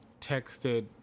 texted